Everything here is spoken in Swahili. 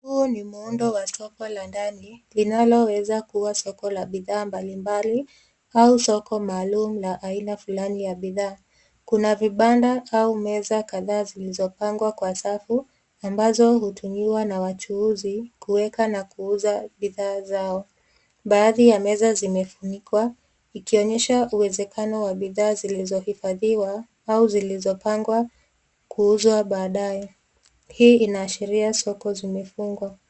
Huu ni muundo wa soko la ndani linaloweza kuwa soko la bidhaa mbalimbali au soko maalum la aina fulani ya bidhaa. Kuna vibanda au meza kadhaa zilizopangwa kwa safu ambazo hutumiwa na wachuuzi kuweka na kuuza bidhaa zao. Baadhi ya meza zimefunikwa ikionyesha uwezekano wa bidhaa zilizohifadhiwa au zilizopangwa kuuzwa baadae. Hii inaashiria soko zimefungwa.